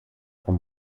vom